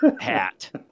hat